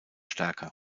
stärker